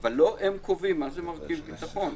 אבל לא הם קובעים מה זה מרכיב ביטחון.